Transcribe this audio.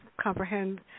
comprehend